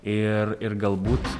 ir ir galbūt